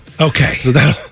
Okay